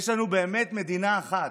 יש לנו באמת מדינה אחת.